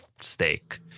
steak